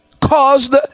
caused